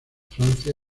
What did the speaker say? francia